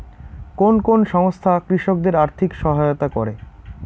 কোন কোন সংস্থা কৃষকদের আর্থিক সহায়তা করে?